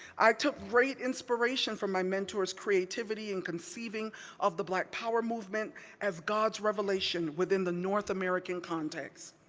i took great inspiration from my mentor's creativity in conceiving of the black power movement as god's revelation within the north american context.